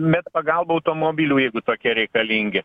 medpagalbų automobilių jeigu tokie reikalingi